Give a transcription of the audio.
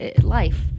life